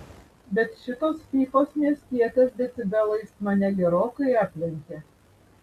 bet šitos fyfos miestietės decibelais mane gerokai aplenkė